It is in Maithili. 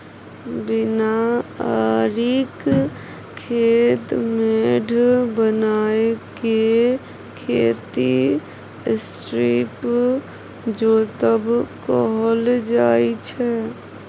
बिना आरिक खेत मेढ़ बनाए केँ खेती स्ट्रीप जोतब कहल जाइ छै